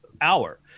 hour